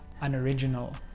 unoriginal